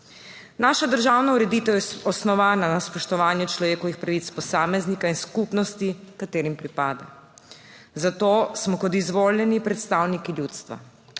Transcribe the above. Naša državna ureditev je osnovana na spoštovanju človekovih pravic posameznika in skupnosti, katerim pripada, zato smo kot izvoljeni predstavniki ljudstva